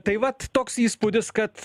tai vat toks įspūdis kad